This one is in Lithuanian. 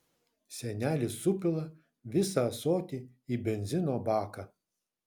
senelis supila visą ąsotį į benzino baką